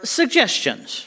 suggestions